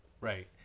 Right